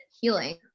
healing